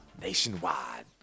nationwide